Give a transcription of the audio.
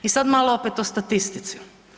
I sad malo opet o statistici.